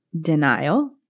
Denial